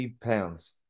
pounds